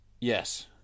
yes